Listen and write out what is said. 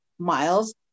miles